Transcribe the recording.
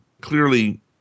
clearly